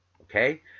okay